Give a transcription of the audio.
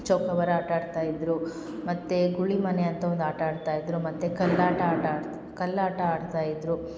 ಚೌಕಬಾರ ಆಟಾಡ್ತಾಯಿದ್ದರು ಮತ್ತು ಗುಳಿ ಮನೆ ಅಂತ ಒಂದು ಆಟ ಆಡ್ತಯಿದ್ದರು ಮತ್ತು ಕಲ್ಲಾಟ ಆಟ ಆಡ್ತಾ ಕಲ್ಲಾಟ ಆಡ್ತಯಿದ್ದರು